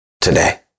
today